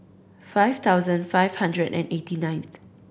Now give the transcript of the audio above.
five thousand five hundred and eighty ninth